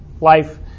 life